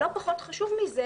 לא פחות חשוב מזה,